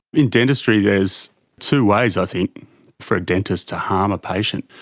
in dentistry there's two ways i think for a dentist to harm a patient.